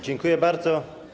Dziękuję bardzo.